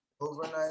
Overnight